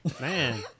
Man